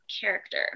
character